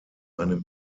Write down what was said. eine